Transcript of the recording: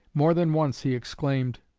more than once he exclaimed,